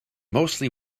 mostly